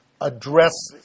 address